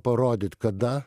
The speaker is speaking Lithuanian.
parodyt kada